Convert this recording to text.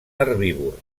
herbívor